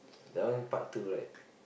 that one part two right